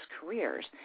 careers